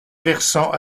versant